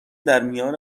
درمیان